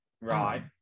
Right